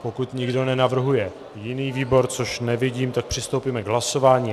Pokud nikdo nenavrhuje jiný výbor, což nevidím, přistoupíme k hlasování.